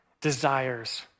desires